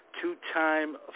two-time